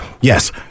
yes